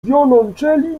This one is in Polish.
wiolonczeli